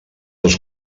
dos